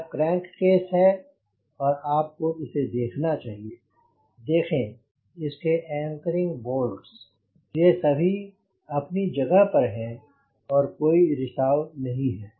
यह क्रैंककेस है आपको को इसे देखना चाहिए देखें इसके एंकरिंग बोल्ट ये सभी अपनी जगह पर हैं और कोई रिसाव नहीं है